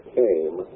came